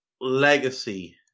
legacy